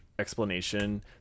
Explanation